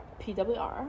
PWR